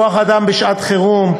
10. כוח-אדם בשעת חירום,